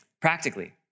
Practically